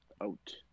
out